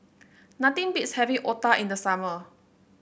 nothing beats having Otah in the summer